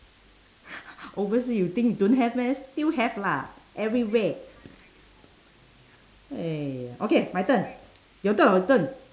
oversea you think don't have meh still have lah everywhere !aiya! okay my turn your turn or turn